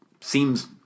seems